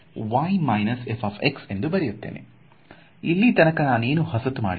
ಇಲ್ಲಿ ತನಕ ನಾನೆನು ಹೊಸತು ಮಾಡಿಲ್ಲ